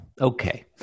Okay